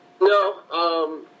No